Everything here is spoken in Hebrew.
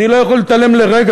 אני לא יכול להתעלם לרגע,